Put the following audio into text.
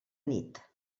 nit